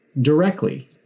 directly